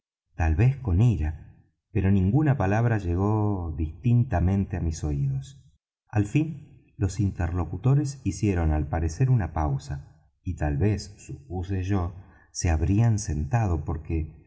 tal vez con ira pero ninguna palabra llegó distintamente á mis oídos al fin los interlocutores hicieron al parecer una pausa y tal vez supuse yo se habrían sentado porque